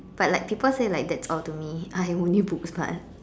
but like people say like that's all to me I am only book smart